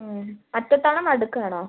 അറ്റത്താണോ നടുക്കാണോ